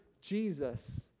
Jesus